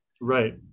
right